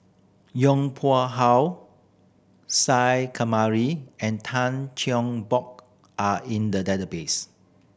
Yong Pung How Isa Kamari and Tan Cheng Bock are in the database